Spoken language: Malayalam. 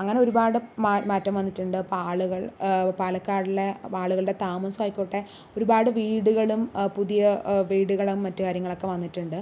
അങ്ങനെ ഒരുപാട് മാ മാറ്റം വന്നിട്ടുണ്ട് അപ്പോൾ ആളുകൾ പാലക്കാടിലെ ആളുകളുടെ താമസമായിക്കോട്ടെ ഒരുപാട് വീടുകളും പുതിയ വീടുകളും മറ്റ് കാര്യങ്ങളൊക്കെ വന്നിട്ടുണ്ട്